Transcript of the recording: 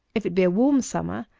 if it be a warm summer,